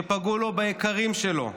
שפגעו ביקרים לו,